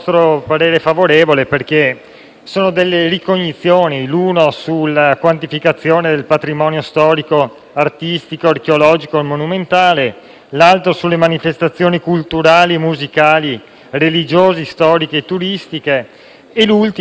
sono delle ricognizioni: sulla quantificazione del patrimonio storico, artistico, archeologico e monumentale; sulle manifestazioni culturali, musicali, religiose, storiche e turistiche; sulle